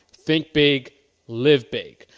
think big live big.